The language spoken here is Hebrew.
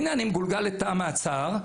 אני מגולגל לתא המעצר.